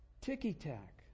Ticky-tack